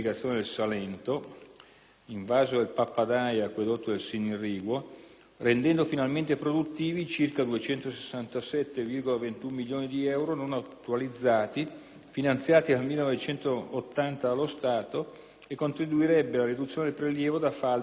(invaso del Pappadai, acquedotto del Sinni irriguo), rendendo finalmente produttivi i circa 267,21 milioni di euro non attualizzati finanziati dal 1980 dallo Stato e contribuirebbe alla riduzione del prelievo da falda nella penisola salentina.